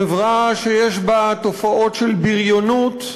חברה שיש בה תופעות של בריונות,